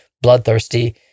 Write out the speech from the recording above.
bloodthirsty